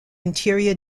interior